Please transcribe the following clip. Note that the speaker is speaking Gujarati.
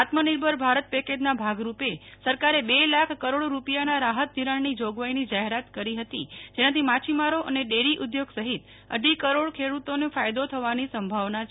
આત્મનિર્ભર ભારત પેકેજના ભાગ રૂપે સરકારે બે લાખ કરોડ રૂપિયાના રાહત ધિરાણની જોગવાઈની જાહેરાત કરી હતી જેનાથી માછીમારો અને ડેરી ઉદ્યોગ સહિત અઢી કરોડ ખેડુતોને ફાયદો થવાની સંભાવના છે